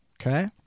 Okay